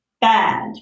bad